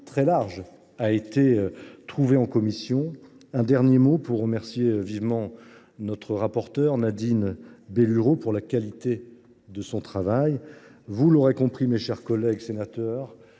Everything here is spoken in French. très large a été trouvé en commission. J’ajouterai un dernier mot pour remercier vivement notre rapporteure, Nadine Bellurot, pour la qualité de son travail. Vous l’aurez compris, mes chers collèges, les